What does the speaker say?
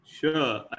Sure